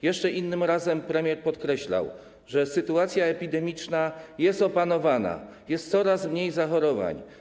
Jeszcze innym razem premier podkreślał: Sytuacja epidemiczna jest opanowana, jest coraz mniej zachorowań.